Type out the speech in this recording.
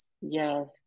yes